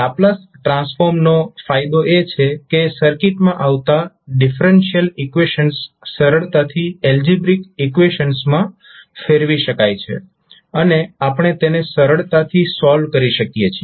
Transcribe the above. Laplace ટ્રાન્સફોર્મનો ફાયદો એ છે કે સર્કિટમાં આવતા ડિફરન્શિયલ ઈકવેશન્સ સરળતાથી એલ્જીબ્રીક ઈકવેશન્સમાં ફેરવી શકાય છે અને આપણે તેને સરળતાથી સોલ્વ કરી શકીએ છીએ